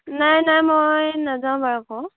নাই নাই মই নাযাওঁ বাৰু আকৌ